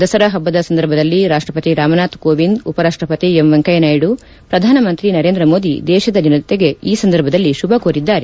ದಸರಾ ಹಬ್ಬದ ಸಂದರ್ಭದಲ್ಲಿ ರಾಷ್ಟ್ರಪತಿ ರಾಮನಾಥ್ ಕೋವಿಂದ ಉಪರಾಷ್ಟಪತಿ ಎಂ ವೆಂಕಯ್ಯ ನಾಯ್ದು ಪ್ರಧಾನಮಂತ್ರಿ ನರೇಂದ್ರ ಮೋದಿ ದೇಶದ ಜನತೆಗೆ ಈ ಸಂದರ್ಭದಲ್ಲಿ ಶುಭ ಕೋರಿದ್ದಾರೆ